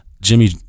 Jimmy –